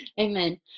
Amen